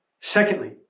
Secondly